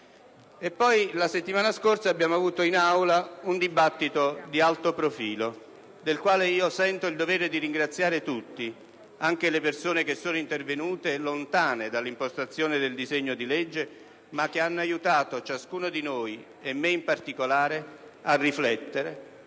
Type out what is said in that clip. La settimana scorsa si è poi svolto in Aula un dibattito di alto profilo, del quale sento il dovere di ringraziare tutti, anche le persone lontane dall'impostazione del disegno di legge ma che hanno aiutato ciascuno di noi - e me in particolare - a riflettere,